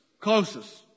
closest